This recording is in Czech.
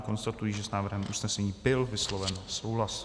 Konstatuji, že s návrhem usnesení byl vysloven souhlas.